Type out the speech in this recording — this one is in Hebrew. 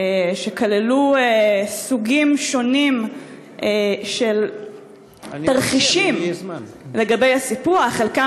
והן כללו סוגים שונים של תרחישים לגבי הסיפוח: חלקן